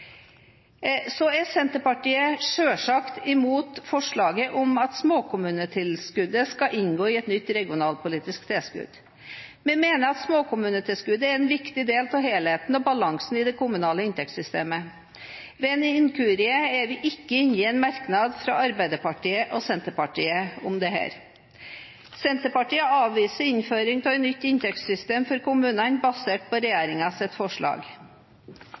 er selvsagt imot forslaget om at småkommunetilskuddet skal inngå i et nytt regionalt-politisk tilskudd. Vi mener at småkommunetilskuddet er en viktig del av helheten og balansen i det kommunale inntektssystemet. Ved en inkurie er vi ikke med på en merknad fra Arbeiderpartiet og SV om dette. Senterpartiet avviser innføring av et nytt inntektssystem for kommunene basert på regjeringens forslag. Kommuneproposisjonen gir god økning til kommunene, sier representanten Njåstad i sitt